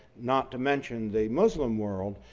not to mention the muslim world,